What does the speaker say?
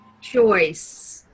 choice